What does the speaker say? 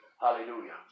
Hallelujah